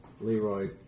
Leroy